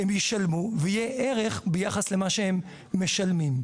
הם ישלמו ויהיה ערך ביחס למה שהם משלמים,